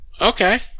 Okay